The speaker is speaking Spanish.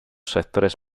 sectores